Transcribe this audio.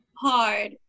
hard